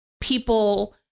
people